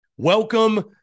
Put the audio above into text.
Welcome